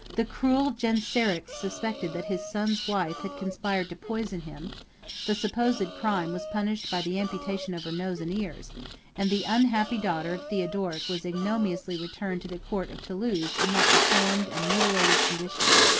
the cruel genseric suspected that his son's wife had conspired to poison him the supposed crime was punished by the amputation of her nose and ears and the unhappy daughter of theodoric was ignominiously returned to the court of thoulouse in that deformed and mutilated condition.